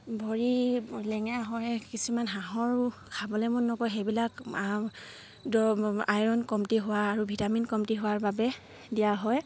ভৰি লেঙৰা হয় কিছুমান হাঁহৰ খাবলে মন নকৰে সেইবিলাক আইৰণ কমটি হোৱা আৰু ভিটামিন কমটি হোৱাৰ বাবে দিয়া হয়